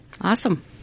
Awesome